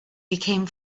became